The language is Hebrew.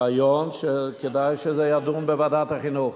רעיון, שכדאי שזה יידון בוועדת החינוך.